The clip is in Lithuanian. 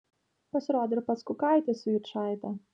pasirodė ir pats kukaitis su jučaite